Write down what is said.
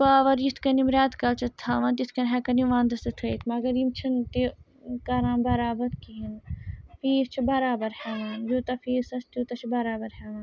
power یِتھ کٔنۍ یِم رٮ۪تہٕ کالہِ چھِ تھاوان تِتھ کٔنۍ ہٮ۪کَن یِم وَندَس تہِ تھٲیِتھ مگر یِم چھِنہٕ تہِ کَران برابر کِہیٖنۍ فیٖس چھِ برابر ہٮ۪وان یوٗتاہ فیٖس آسہِ تیوٗتاہ چھِ برابر ہٮ۪وان